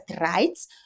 rights